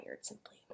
simply